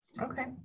Okay